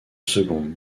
seconde